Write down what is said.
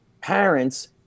parents